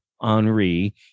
Henri